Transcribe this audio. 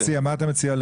אז מה אתה מציע?